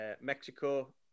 Mexico